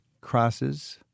crosses